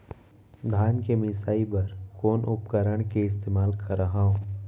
धान के मिसाई बर कोन उपकरण के इस्तेमाल करहव?